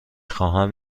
خواهم